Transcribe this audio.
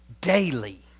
daily